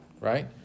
Right